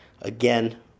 again